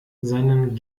seinen